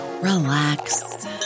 relax